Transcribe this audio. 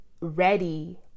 ready